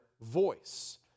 voice